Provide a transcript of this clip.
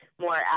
more